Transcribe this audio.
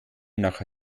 nach